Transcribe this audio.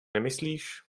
nemyslíš